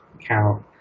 count